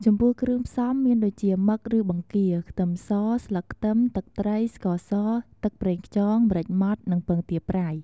ចំពោះគ្រឿងផ្សំមានដូចជា មឹក ឬបង្គា ខ្ទឹមស ស្លឹកខ្ទឹម ទឹកត្រី ស្ករស ទឹកប្រេងខ្យង ម្រេចម៉ដ្ឋ និងពងទាប្រៃ។